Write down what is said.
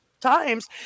times